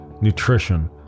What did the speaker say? nutrition